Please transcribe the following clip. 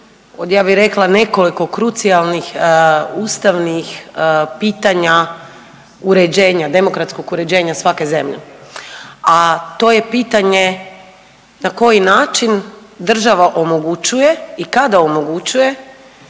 od ja bi rekla nekoliko krucijalnih ustavnih pitanja uređenja, demokratskog uređenja svake zemlje, a to je pitanje na koji način država omogućuje i kada omogućuje